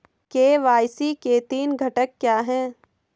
KYC के तीन घटक क्या हैं?